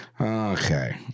okay